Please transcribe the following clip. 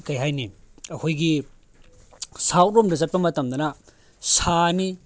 ꯀꯔꯤ ꯍꯥꯏꯅꯤ ꯑꯩꯈꯣꯏꯒꯤ ꯁꯥꯎꯠ ꯔꯣꯝꯗ ꯆꯠꯄ ꯃꯇꯝꯗꯅ ꯁꯥꯅꯤ